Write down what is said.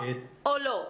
או לא,